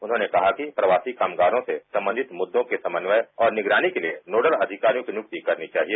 उन्होंने कहा कि प्रवासी कामगारों से संबंधित मुद्दों के समन्वय और निगरानी के लिए नोडल अधिकारियों की नियुक्ति करनी चाहिए